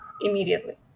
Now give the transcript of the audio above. immediately